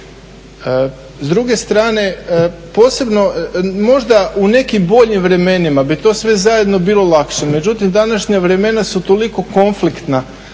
S druge strane, možda u nekim boljim vremenima bi to sve zajedno bilo lakše, međutim današnja vremena su toliko konfliktna,